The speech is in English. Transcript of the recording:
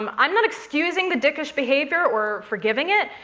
um i'm not excusing the dickish behavior or forgiving it.